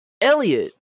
Elliot